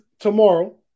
tomorrow